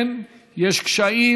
כן, יש קשיים.